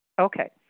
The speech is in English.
okay